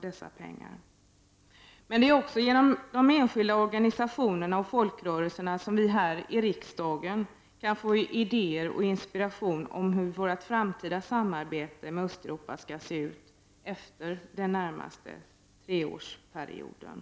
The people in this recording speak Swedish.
Det är också genom de enskilda organisationerna och folkrörelserna som vi här i riksdagen kan få idéer och inspiration när det gäller hur vårt framtida samarbete med Östeuropa skall se ut efter den närmaste treårsperioden.